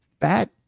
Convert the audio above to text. Fat